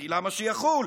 וכי למה שיחול?